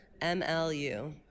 MLU